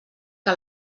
que